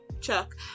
chuck